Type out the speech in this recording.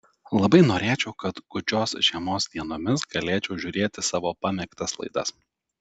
labai norėčiau kad gūdžios žiemos dienomis galėčiau žiūrėti savo pamėgtas laidas